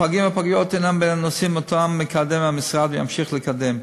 הפגים והפגיות הם בין הנושאים שהמשרד מקדם וימשיך לקדם.